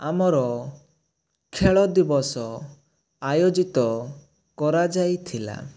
ଆମର ଖେଳ ଦିବସ ଆୟୋଜିତ କରାଯାଇଥିଲା